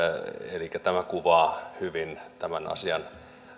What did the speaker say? elikkä tämä kuvaa hyvin tämän asian